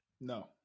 No